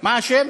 מה השם?